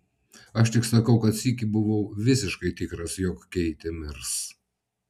aš tik sakau kad sykį buvau visiškai tikras jog keitė mirs